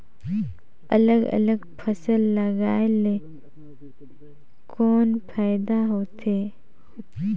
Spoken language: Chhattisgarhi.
अलग अलग फसल लगाय ले कौन फायदा होथे?